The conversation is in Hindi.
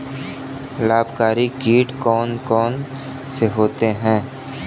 लाभकारी कीट कौन कौन से होते हैं?